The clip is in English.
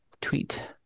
tweet